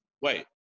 wait